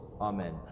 Amen